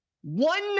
one